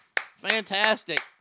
Fantastic